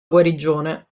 guarigione